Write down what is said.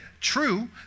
True